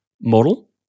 model